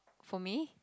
for me